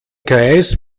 kreis